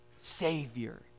savior